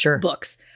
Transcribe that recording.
books